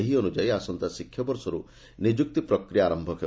ଏହି ଅନୁଯାୟୀ ଆସନ୍ତା ଶିକ୍ଷାବର୍ଷରୁ ନିଯୁକ୍ତି ପ୍ରକ୍ରିୟା ଆର ହେବ